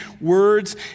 words